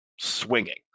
swinging